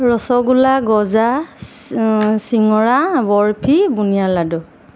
ৰসগোলা গজা চিঙৰা বৰফী বুনিয়া লাডু